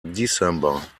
december